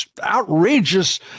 outrageous